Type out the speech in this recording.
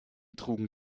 trugen